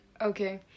Okay